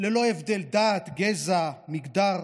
ללא הבדלי דת, גזע, מגדר,